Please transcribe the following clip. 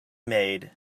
maid